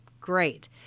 Great